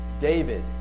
David